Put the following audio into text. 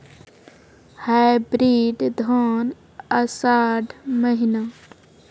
Hybrid धान आषाढ़ महीना?